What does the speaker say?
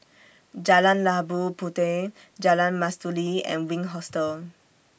Jalan Labu Puteh Jalan Mastuli and Wink Hostel